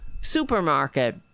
supermarket